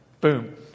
boom